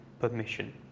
permission